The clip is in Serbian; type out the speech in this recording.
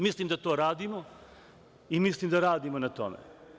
Mislim da to radimo i mislim da radimo na tome.